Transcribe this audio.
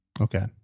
okay